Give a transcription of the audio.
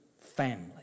family